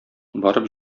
барып